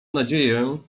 nadzieję